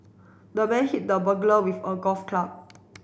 the man hit the burglar with a golf club